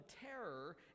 terror